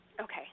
Okay